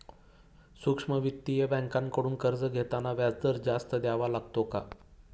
सूक्ष्म वित्तीय बँकांकडून कर्ज घेताना व्याजदर जास्त द्यावा लागतो का?